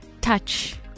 touch